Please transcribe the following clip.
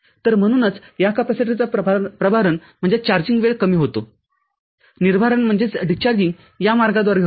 तर म्हणूनच या कॅपेसिटरचा प्रभारण वेळ कमी होतो निर्भारण या मार्गाद्वारे होते